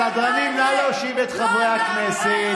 סדרנים, נא להושיב את חברי הכנסת.